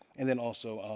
and then also,